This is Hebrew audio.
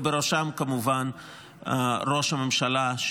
ובראשם כמובן ראש הממשלה,